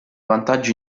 vantaggi